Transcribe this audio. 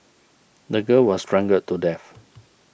the girl was strangled to death